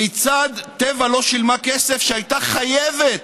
כיצד טבע לא שילמה כסף שהייתה חייבת,